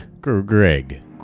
greg